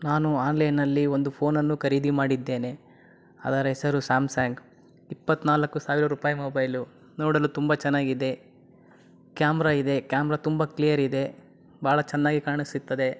ನಾನು ಆನ್ಲೈನ್ನಲ್ಲಿ ಒಂದು ಫೋನನ್ನು ಖರೀದಿ ಮಾಡಿದ್ದೇನೆ ಅದರ ಹೆಸರು ಸ್ಯಾಮ್ಸಾಂಗ್ ಇಪ್ಪತ್ನಾಲ್ಕು ಸಾವಿರ ರೂಪಾಯಿ ಮೊಬೈಲು ನೋಡಲು ತುಂಬ ಚೆನ್ನಾಗಿದೆ ಕ್ಯಾಮ್ರಾ ಇದೆ ಕ್ಯಾಮ್ರಾ ತುಂಬ ಕ್ಲಿಯರಿದೆ ಭಾಳ ಚೆನ್ನಾಗಿ ಕಾಣಿಸುತ್ತದೆ